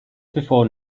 before